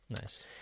Nice